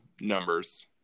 numbers